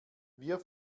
wir